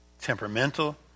temperamental